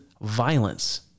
violence